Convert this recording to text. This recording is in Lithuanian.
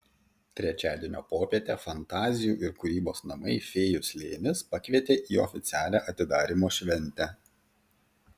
trečiadienio popietę fantazijų ir kūrybos namai fėjų slėnis pakvietė į oficialią atidarymo šventę